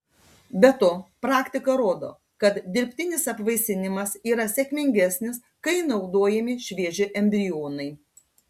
be to praktika rodo kad dirbtinis apvaisinimas yra sėkmingesnis kai naudojami švieži embrionai